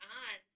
on